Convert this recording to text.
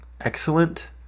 excellent